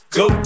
go